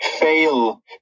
fail